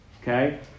okay